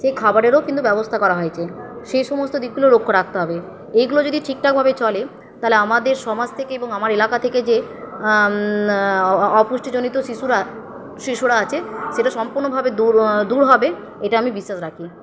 সে খাবারেরও কিন্তু ব্যবস্থা করা হয়েছে সে সমস্ত দিকগুলো লক্ষ্য রাখতে হবে এইগুলো যদি ঠিক ঠাকভাবে চলে তালে আমাদের সমাজ থেকে এবং আমার এলাকা থেকে যে অপুষ্টিজনিত শিশুরা শিশুরা আছে সেটা সম্পূর্ণভাবে দূর দূর হবে এটা আমি বিশ্বাস রাখি